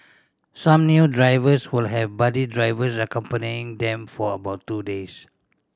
some newer drivers will have buddy drivers accompanying them for about two days